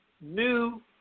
new